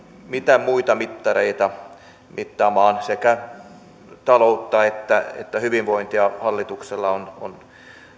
mitä muita mittareita mittaamaan sekä taloutta että että hyvinvointia hallituksella on on